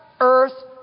earth